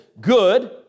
good